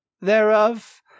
thereof